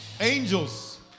Angels